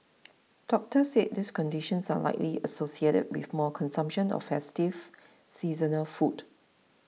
doctors said these conditions are likely associated with more consumption of festive seasonal food